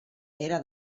era